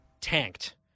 tanked